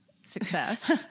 success